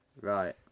Right